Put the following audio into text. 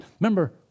Remember